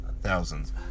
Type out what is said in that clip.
thousands